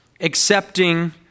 accepting